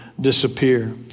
disappear